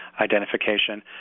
identification